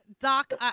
Doc